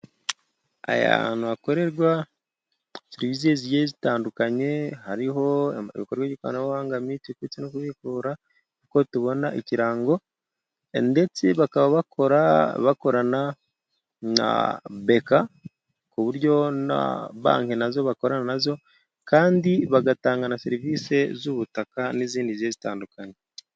Ahantu hakorerwa serivisi zigiye zitandukanye, hariho iby'ikoranabuhanga mitiyu ndetse no kubikura nkuko tubona ikirango, ndetse bakaba bakorana na beka, ku buryo na banki na zo bakorana na zo kandi bagatanga na serivisi z'ubutaka, n'izindi zigiye zitandukanye.